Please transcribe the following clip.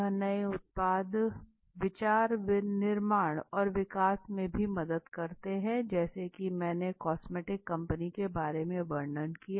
यह नए उत्पाद विचार निर्माण और विकास में भी मदद करता है जैसा की मैंने कॉस्मेटिक कंपनी के बारे में वर्णन किया